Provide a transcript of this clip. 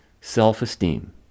self-esteem